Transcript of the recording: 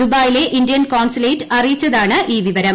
ദുബായിലെ Indian consulate അറിയിച്ചതാണ് ഈ വിവരം